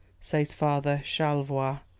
says father charlevoix,